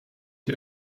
die